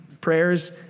prayers